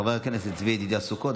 חבר הכנסת צבי ידידיה סוכות.